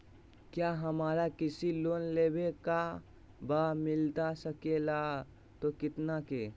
क्या हमारा कृषि लोन लेवे का बा मिलता सके ला तो कितना के?